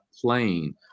plane